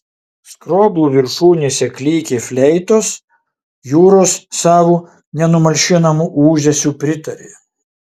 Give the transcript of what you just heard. skroblų viršūnėse klykė fleitos jūros savo nenumalšinamu ūžesiu pritarė